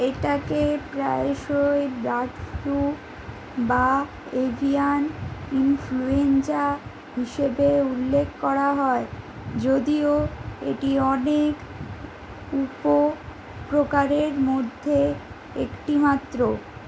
এটাকে প্রায়শই bird flu বা এভিয়ান ইনফ্লুয়েঞ্জা হিসেবে উল্লেখ করা হয় যদিও এটি অনেক উপপ্রকারের মধ্যে একটি মাত্র